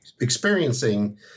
experiencing